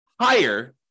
higher